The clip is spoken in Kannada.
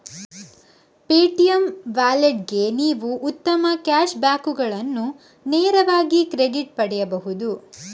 ಪೇಟಿಎಮ್ ವ್ಯಾಲೆಟ್ಗೆ ನೀವು ಉತ್ತಮ ಕ್ಯಾಶ್ ಬ್ಯಾಕುಗಳನ್ನು ನೇರವಾಗಿ ಕ್ರೆಡಿಟ್ ಪಡೆಯಬಹುದು